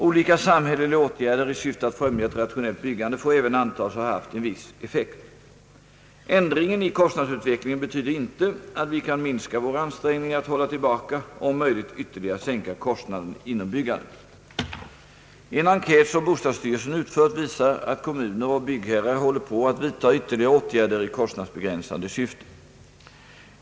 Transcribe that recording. Olika samhälleliga åtgärder i syfte att främja ett rationellt byggande får även antas ha haft en viss effekt. Ändringen i kostnadsutvecklingen betyder inte att vi kan minska våra ansträngningar att hålla tillbaka och om möjligt ytterligare sänka kostnaderna inom byggandet. En enkät som bostadsstyrelsen utfört visar att kommuner och byggherrar håller på att vidta ytterligare åtgärder i kostnadsbegränsande syfte.